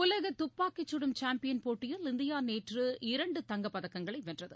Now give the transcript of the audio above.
உலக துப்பாக்கி சுடும் சாம்பியன் போட்டியில் இந்தியா நேற்று இரண்டு தங்கப் பதக்கங்களை வென்றது